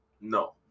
No